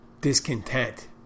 discontent